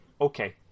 okay